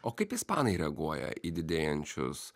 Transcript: o kaip ispanai reaguoja į didėjančius